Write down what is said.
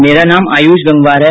मेरा नाम आयुष गंगवार है